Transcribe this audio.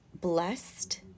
blessed